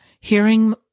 hearing